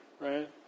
right